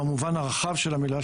במובן הרחב של המילה,